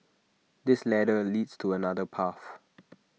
this ladder leads to another path